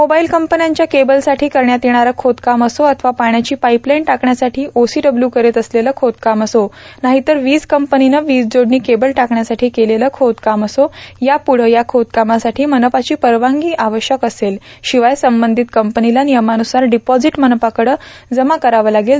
mobile कंपन्यांच्या केबलसाठी करण्यात येणारं खोदकाम असो अथवा पाण्याची पाईपलाईन टाकण्यासाठी ओसीडब्ल्यू करीत असलेलं खोदकाम असो नाहीतर वीज कंपनीनं वीज जोडणी केबल टाकण्यासाठी केलेलं खोदकाम असो यापुढं या खोदकामासाठी मनपाची परवानगी आवश्यक असेलच शिवाय संबंधि कंपनीला नियमाव्रसार डिपॉझिट मनपाकडं जमा करावं लागेल